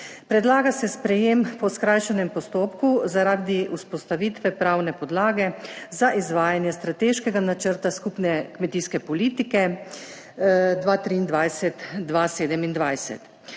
Predlaga se sprejem po skrajšanem postopku zaradi vzpostavitve pravne podlage za izvajanje strateškega načrta skupne kmetijske politike 2023-2027.